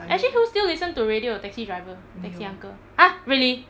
actually who still listen to radio taxi driver taxi uncle !huh! really